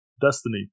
Destiny